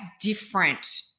different